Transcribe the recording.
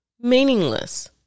meaningless